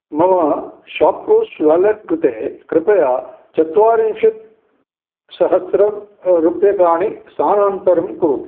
मम ShopClues wallet कृते कृपया चत्वारिंशत् सहस्रम् रूप्यकाणि स्थानान्तरं कुरु